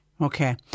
Okay